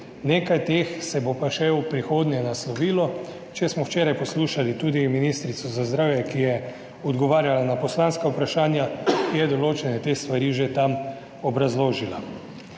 nekaj teh se bo pa še v prihodnje naslovilo. Če smo včeraj poslušali tudi ministrico za zdravje, ki je odgovarjala na poslanska vprašanja, je določene te stvari že tam obrazložila.